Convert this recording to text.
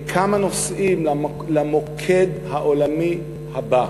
בכמה נושאים, למוקד העולמי הבא.